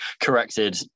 corrected